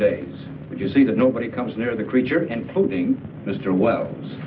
days if you see that nobody comes near the creature including mr wells